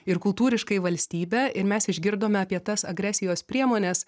ir kultūriškai valstybę ir mes išgirdome apie tas agresijos priemones